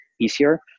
easier